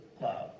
love